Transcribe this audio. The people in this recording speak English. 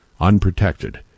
unprotected